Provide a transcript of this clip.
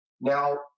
Now